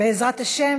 בעזרת השם.